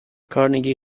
carnegie